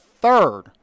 Third